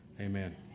Amen